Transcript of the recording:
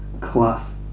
Class